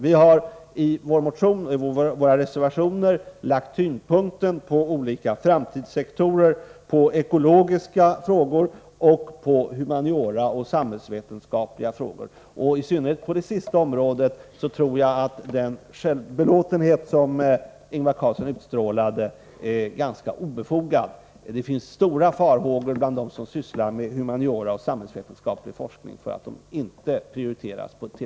Vi har i vår motion och våra reservationer lagt tyngdpunkten vid olika framtidssektorer, vid ekologiska frågor och vid humaniora och samhällsvetenskapliga spörsmål. I synnerhet på det sistnämnda området tror jag att den självbelåtenhet som Ingvar Carlsson utstrålade är ganska obefogad. Det finns stora farhågor bland dem som sysslar med humaniora och samhällsvetenskaplig forskning för att man inte tillräckligt prioriterar dessa områden.